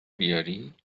بیاری